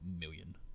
million